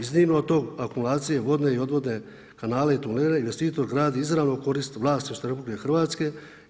Iznimno od tog akumulacije vodne i odvodne kanale i tunele investitor gradi izravno u korist vlasništva RH